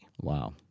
wow